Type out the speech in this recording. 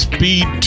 Speed